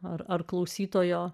ar klausytojo